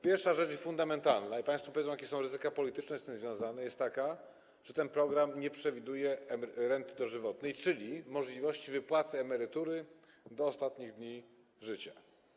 Pierwsza rzecz i fundamentalna - i państwo powiedzą, jakie są ryzyka polityczne z tym związane - jest taka, że ten program nie przewiduje renty dożywotniej, czyli możliwości wypłaty emerytury do ostatnich dni życia.